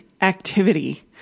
activity